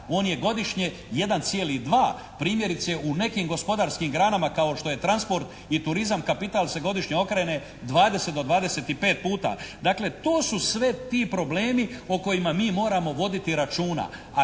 On je godišnje 1,2. Primjerice u nekim gospodarskim granama kao što je transport i turizam kapital se godišnje okrene 20 do 25 puta. Dakle, to su sve ti problemi o kojima mi moramo voditi računa,